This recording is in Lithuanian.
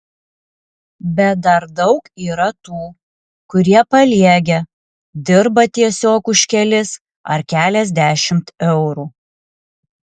bet dar daug yra tų kurie paliegę dirba tiesiog už kelis ar keliasdešimt eurų